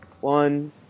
One